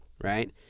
right